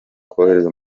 kohereza